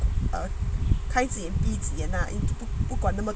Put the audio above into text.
err 开一只眼闭一只眼 lah 不管那么多